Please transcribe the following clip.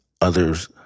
others